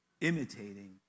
Imitating